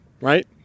Right